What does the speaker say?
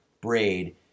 braid